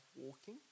walking